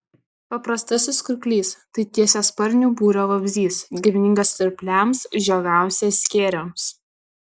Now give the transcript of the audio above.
paprastasis kurklys tai tiesiasparnių būrio vabzdys giminingas svirpliams žiogams ir skėriams